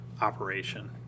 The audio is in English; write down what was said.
operation